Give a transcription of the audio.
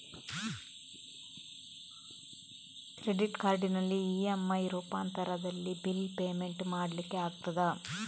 Credit ಕಾರ್ಡಿನಲ್ಲಿ EMI ರೂಪಾಂತರದಲ್ಲಿ bill payment ಮಾಡ್ಲಿಕ್ಕೆ ಆಗ್ತದ?